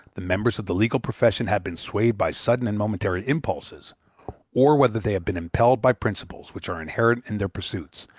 the members of the legal profession have been swayed by sudden and momentary impulses or whether they have been impelled by principles which are inherent in their pursuits,